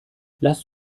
lass